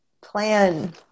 plan